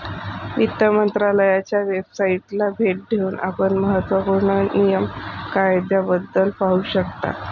वित्त मंत्रालयाच्या वेबसाइटला भेट देऊन आपण महत्त्व पूर्ण नियम कायद्याबद्दल पाहू शकता